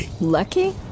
Lucky